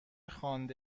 خوانده